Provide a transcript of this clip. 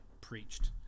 preached